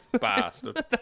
bastard